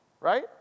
right